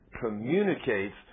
communicates